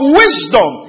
wisdom